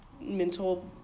mental